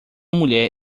mulher